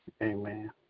Amen